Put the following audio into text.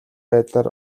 байдлаар